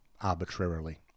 arbitrarily